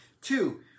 Two